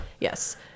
Yes